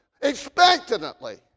expectantly